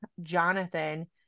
Jonathan